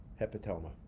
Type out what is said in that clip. hepatoma